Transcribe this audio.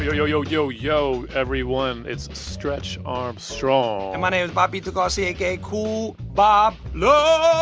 yo, yo, yo, yo yo everyone. it's stretch armstrong and my name is bobbito garcia aka kool bob love